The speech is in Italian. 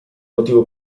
motivo